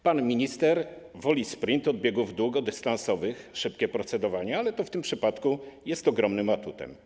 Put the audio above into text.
Pan minister woli sprint od biegów długodystansowych, szybkie procedowanie, ale to w tym przypadku jest ogromnym atutem.